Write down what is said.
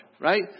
right